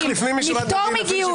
מפטור מגיוס,